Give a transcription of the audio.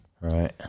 Right